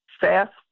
fast